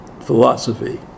philosophy